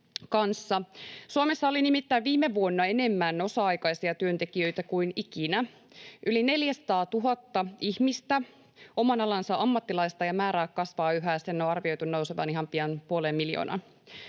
Suomessa oli nimittäin viime vuonna enemmän osa-aikaisia työntekijöitä kuin ikinä: yli 400 000 ihmistä, oman alansa ammattilaista, ja määrä kasvaa yhä, sen on arvioitu nousevan ihan pian puoleen miljoonaan.